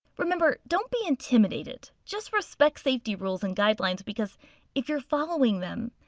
remember, don't be intimidated just respect safety rules and guidelines because if you're following them,